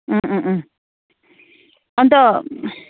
अन्त